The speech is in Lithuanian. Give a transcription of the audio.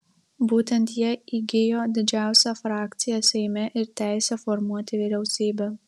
būtent jie įgijo didžiausią frakciją seime ir teisę formuoti vyriausybę